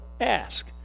Ask